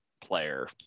player